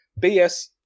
BS